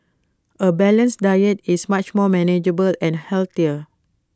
A balanced diet is much more manageable and healthier